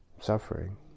suffering